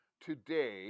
today